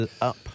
up